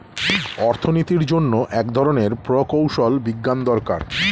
অর্থনীতির জন্য এক ধরনের প্রকৌশল বিজ্ঞান দরকার